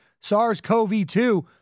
SARS-CoV-2